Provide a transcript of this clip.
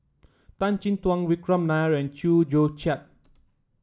Tan Chin Tuan Vikram Nair and Chew Joo Chiat